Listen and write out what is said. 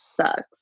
sucks